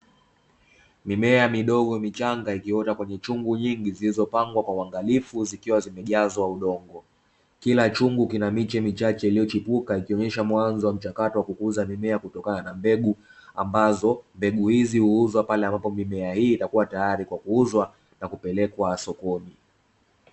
Mimea midogo michanga ikiota kwenye chungu nyingi zilizopangwa kwa uangalifu, zikiwa zimejazwa udongo, kila chungu kina miche michache iliyochipuka, ikionyesha mwanzo mchakato wa kukuza mimea kutokana na mbegu, ambazo mbegu hizi huuzwa pale ambapo mimea hii itakuwa tayari kwa kuuzwa na kupelekwa sokoni.